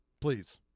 Please